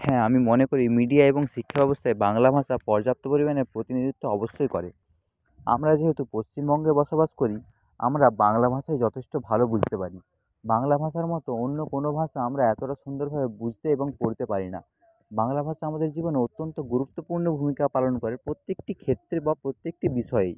হ্যাঁ আমি মনে করি মিডিয়া এবং শিক্ষা ব্যবস্থায় বাংলা ভাষা পর্যাপ্ত পরিমাণে প্রতিনিধিত্ব অবশ্যই করে আমরা যেহেতু পশ্চিমবঙ্গে বসবাস করি আমরা বাংলা ভাষায় যথেষ্ট ভালো বুঝতে পারি বাংলা ভাষার মতো অন্য কোনো ভাষা আমরা এতোটা সুন্দরভাবে বুঝতে এবং পড়তে পারি না বাংলা ভাষা আমাদের জীবনে অত্যন্ত গুরুত্বপূর্ণ ভূমিকা পালন করে প্রত্যেকটি ক্ষেত্রে বা প্রত্যেকটি বিষয়েই